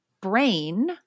brain